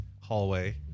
hallway